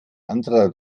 anderer